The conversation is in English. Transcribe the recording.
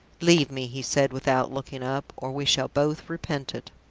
leave me, he said, without looking up, or we shall both repent it.